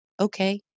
Okay